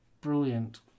brilliant